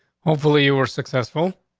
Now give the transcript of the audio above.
hopefully you were successful.